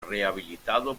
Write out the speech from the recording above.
rehabilitado